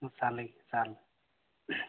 ᱥᱟᱞᱮ ᱠᱮ ᱥᱟᱞ